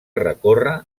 recórrer